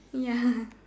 ya